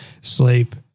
sleep